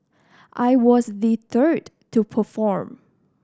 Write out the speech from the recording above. I was the third to perform